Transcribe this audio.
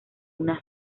una